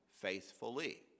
faithfully